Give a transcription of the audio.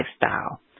Lifestyle